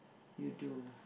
you do